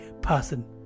person